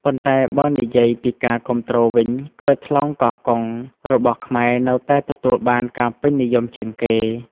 ប៉ុន្តែបើនិយាយពីការគាំទ្រវិញ ក្រូចថ្លុងកោះកុង របស់ខ្មែរនៅតែទទួលបានការពេញនិយមជាងគេ។